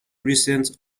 recent